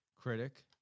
critic